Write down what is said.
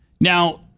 Now